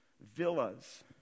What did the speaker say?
villas